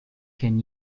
can